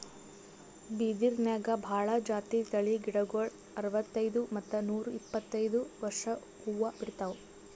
ಬಿದಿರ್ನ್ಯಾಗ್ ಭಾಳ್ ಜಾತಿ ತಳಿ ಗಿಡಗೋಳು ಅರವತ್ತೈದ್ ಮತ್ತ್ ನೂರ್ ಇಪ್ಪತ್ತೈದು ವರ್ಷ್ಕ್ ಹೂವಾ ಬಿಡ್ತಾವ್